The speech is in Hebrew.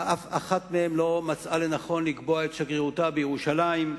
שאף אחת מהן לא מצאה לנכון לקבוע את שגרירותה בירושלים,